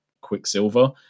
Quicksilver